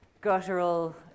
guttural